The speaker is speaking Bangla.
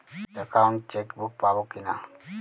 একাউন্ট চেকবুক পাবো কি না?